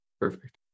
Perfect